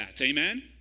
Amen